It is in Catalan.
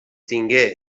tingué